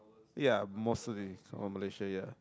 ya mostly or Malaysia ya